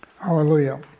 Hallelujah